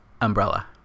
umbrella